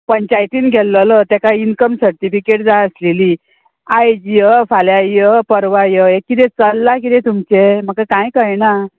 पंचायतीन गेलेलो तेका इनकम सर्टिफिकेट जाय आसलेली आयज यो फाल्यां यो पर्वां यो हें किदें चल्लां किदें तुमचें म्हाका कांय कळना